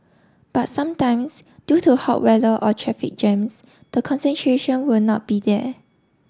but sometimes due to hot weather or traffic jams the concentration will not be there